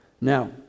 Now